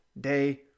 day